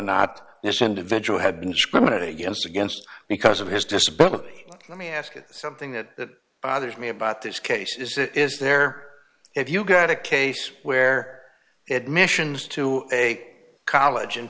not this individual had been discriminated against against because of his disability let me ask you something that bothers me about this case is it is there if you got a case where it missions to a college